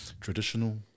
traditional